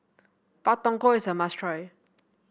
Pak Thong Ko is a must try